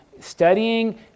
studying